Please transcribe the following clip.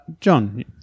John